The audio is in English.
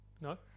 No